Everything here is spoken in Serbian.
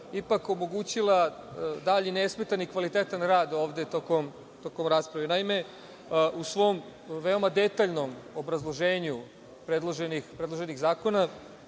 ipak omogućila dalji nesmetani i kvalitetan rad ovde tokom rasprave. Naime, u svom veoma detaljnom obrazloženju predloženih zakona,